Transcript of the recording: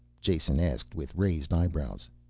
jason asked with raised eyebrows.